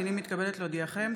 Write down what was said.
הינני מתכבדת להודיעכם,